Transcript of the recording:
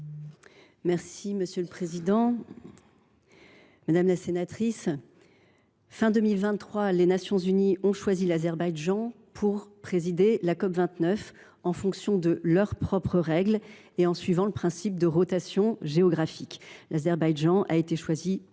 secrétaire d’État. Madame la sénatrice Carlotti, fin 2023, les Nations unies ont choisi l’Azerbaïdjan pour présider la COP29 en fonction de leurs propres règles et en suivant le principe de rotation géographique. L’Azerbaïdjan a été choisi par consensus par